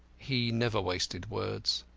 he never wasted words.